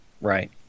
Right